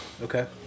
Okay